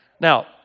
Now